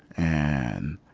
and,